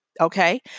okay